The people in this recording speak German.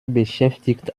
beschäftigt